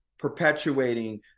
Perpetuating